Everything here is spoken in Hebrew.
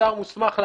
השר מוסמך להאריך,